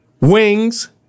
wings